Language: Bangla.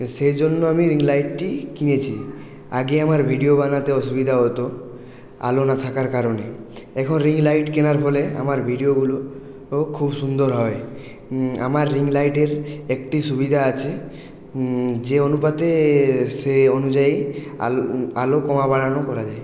সেজন্য আমি রিং লাইটটি কিনেছি আগে আমার ভিডিও বানাতে অসুবিধা হত আলো না থাকার কারণে এখন রিং লাইট কেনার ফলে আমার ভিডিওগুলো খুব সুন্দর হয় আমার রিং লাইটের একটি সুবিধা আছে যে অনুপাতে সে অনুযায়ী আলো কমা বাড়ানো করা যায়